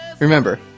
Remember